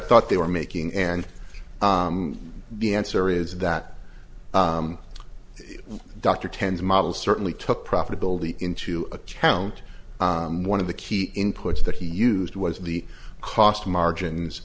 thought they were making and the answer is that dr tens model certainly took profitability into account one of the key inputs that he used was the cost margins